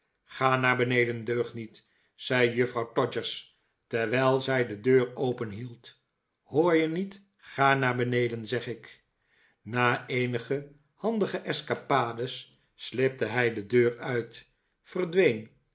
ga naar v beneden deugniet zei juffrouw todgers terwijl zij de deur openhield hoor je niet ga naar beneden zeg ik na eenige handige escapades slipte hij de deur uit verdween